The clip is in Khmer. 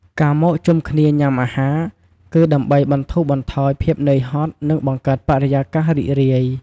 ការមកជុំគ្នាញ៉ាំអាហារ គឺដើម្បីបន្ធូរបន្ថយភាពនឿយហត់ និងបង្កើតបរិយាកាសរីករាយ។